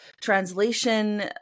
translation